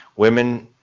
women,